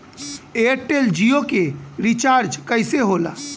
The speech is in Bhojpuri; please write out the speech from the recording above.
एयरटेल जीओ के रिचार्ज कैसे होला?